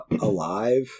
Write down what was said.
alive